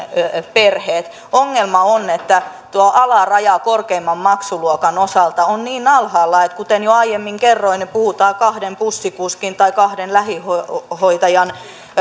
perheet ongelma on että tuo alaraja korkeimman maksuluokan osalta on niin alhaalla että kuten jo aiemmin kerroin puhutaan kahden bussikuskin tai kahden lähihoitajan